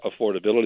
affordability